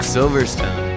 Silverstone